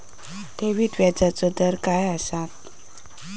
ठेवीत व्याजचो दर काय असता?